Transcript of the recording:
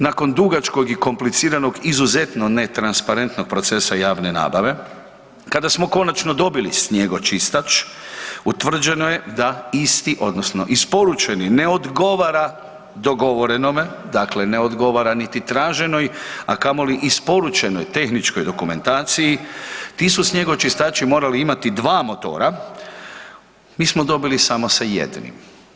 Nakon dugačkog i kompliciranog, izuzetno netransparentnog procesa javne nabave, kad smo konačno dobili snjegočistač, utvrđeno je da isti, odnosno isporučeni ne odgovara dogovorenome, dakle ne odgovara niti traženoj, a kamoli isporučenoj tehničkoj dokumentaciji, ti su snjegočistači morali imati 2 motora, mi smo dobili samo sa jednim.